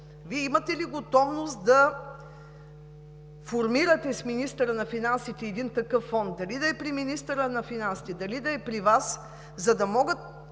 Вие имате ли готовност да формирате с министъра на финансите един такъв фонд – дали да е при министъра на финансите, дали да е при Вас,